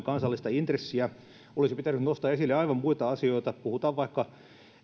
kansallista intressiä olisi pitänyt nostaa esille aivan muita asioita puhutaan vaikka